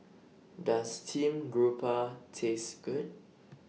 Does Steamed Grouper Taste Good